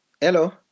Hello